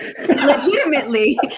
legitimately